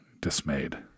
Dismayed